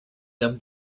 them